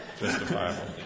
justifiable